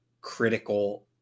critical